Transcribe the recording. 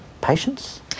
patients